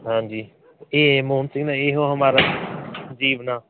ਹਾਂਜੀ ਇਹ ਮੋਹਨ ਸਿੰਘ ਦਾ ਇਹੋ ਹਮਾਰਾ ਜੀਵਣਾ